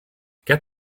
get